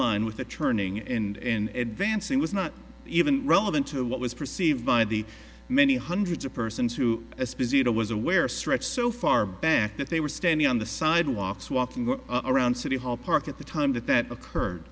line with the turning in advance it was not even relevant to what was perceived by the many hundreds of persons who esposito was aware stretched so far back that they were standing on the sidewalks walking around city hall park at the time that that occurred